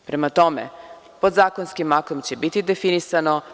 Prema tome, podzakonskim aktom će biti definisano.